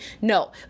No